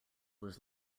was